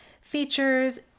features